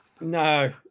No